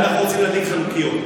אנחנו רוצים להדליק חנוכיות.